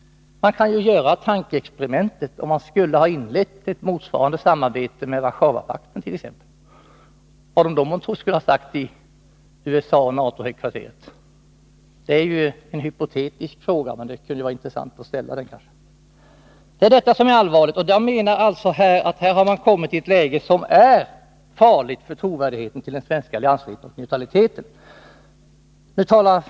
Man kan ju göra ett tankeexperiment och fundera över hur reaktionen skulle ha blivit, om Sverige hade inlett motsvarande samarbete med t.ex. Warszawapakten. Vad skulle man då ha sagt i USA och i NATO högkvarteren? Det är ju en hypotetisk fråga, men det kan vara intressant att ställa den. Jag menar att man har kommit i ett läge som är farligt för tilltron till vår vilja till alliansfrihet och neutralitet.